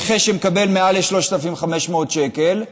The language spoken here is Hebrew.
נכה שמקבל מעל ל-3,500 שקל בשכר,